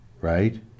right